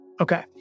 okay